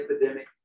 Epidemic